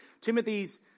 Timothy's